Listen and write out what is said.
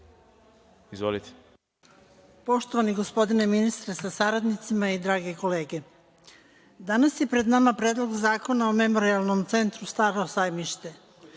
Izvolite.